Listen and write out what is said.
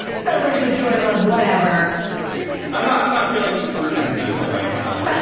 celebration of joy and love whatever i'm not i'm not feeling super sentimental right now